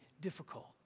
difficult